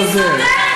זה לא עוזר.